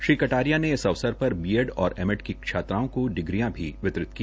श्री कटारिया ने इस अवसर पर बीएड और एमएड की छात्राओं को डिग्रियां भी वितरित की